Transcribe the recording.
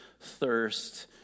thirst